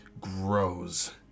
grows